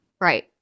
Right